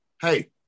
Hey